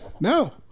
No